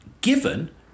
given